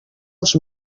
els